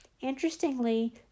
Interestingly